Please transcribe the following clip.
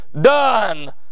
Done